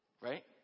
Right